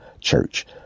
church